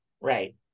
right